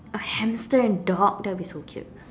a hamster and dog that would be so cute